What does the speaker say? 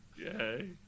Yay